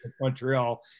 Montreal